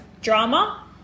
drama